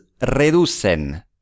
reducen